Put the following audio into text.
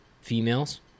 females